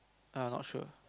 I not sure